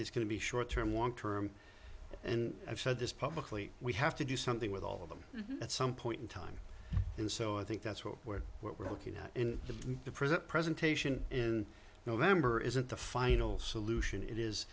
it's going to be short term long term and i've said this publicly we have to do something with all of them at some point in time and so i think that's where what we're looking at in the present presentation in november isn't the final solution it is